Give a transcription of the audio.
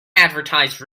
advertise